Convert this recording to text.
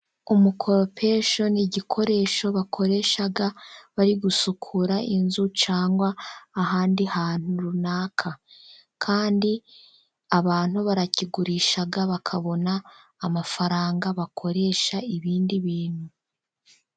Umukoropesho ni igikoresho bakoresha bari gusukura inzu cyangwa ahandi hantu runaka. kandi abantu barakigurisha, bakabona amafaranga bakoresha ibindi bintu.